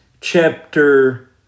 chapter